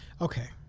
Okay